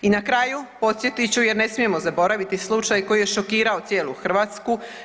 I na kraju, podsjetit ću jer ne smijemo zaboraviti slučaj koji je šokirao cijelu Hrvatsku.